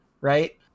right